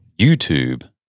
YouTube